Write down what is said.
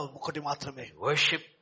Worship